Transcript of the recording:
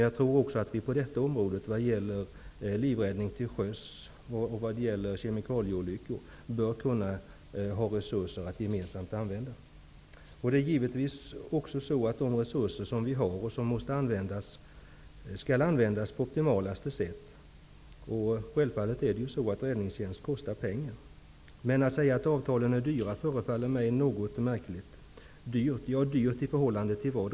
Jag tror också att vi vad gäller livräddning till sjöss och kemikalieolyckor bör kunna ha resurser som kan användas gemensamt. Givetvis skall de resurser vi har användas på det mest optimala sättet. Självfallet kostar räddningstjänst pengar. Men att säga att avtalen är dyra förefaller mig något märkligt. Dyrt i förhållande till vad?